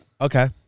Okay